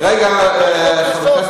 התנגדות.